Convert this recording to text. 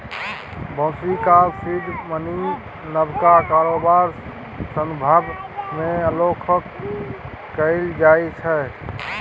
बेसी काल seed money नबका कारोबार संदर्भ मे उल्लेख कएल जाइ छै